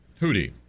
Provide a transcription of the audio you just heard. Hootie